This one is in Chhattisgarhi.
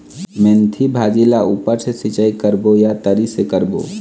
मेंथी भाजी ला ऊपर से सिचाई करबो या तरी से करबो?